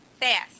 fast